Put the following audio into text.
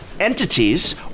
entities